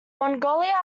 mongolia